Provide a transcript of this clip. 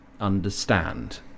understand